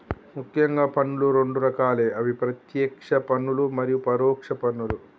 ముఖ్యంగా పన్నులు రెండు రకాలే అవి ప్రత్యేక్ష పన్నులు మరియు పరోక్ష పన్నులు